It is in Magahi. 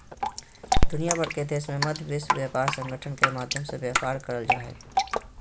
दुनिया भर के देशों के मध्य विश्व व्यापार संगठन के माध्यम से व्यापार करल जा हइ